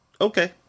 okay